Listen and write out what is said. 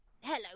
hello